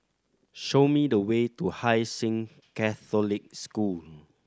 show me the way to Hai Sing Catholic School